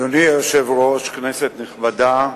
אדוני היושב-ראש, כנסת נכבדה,